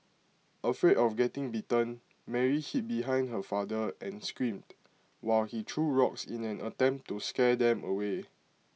afraid of getting bitten Mary hid behind her father and screamed while he threw rocks in an attempt to scare them away